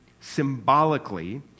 symbolically